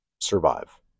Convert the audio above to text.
survive